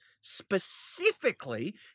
specifically